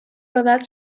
rodat